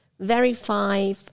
Verify